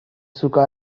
suka